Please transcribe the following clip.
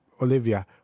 Olivia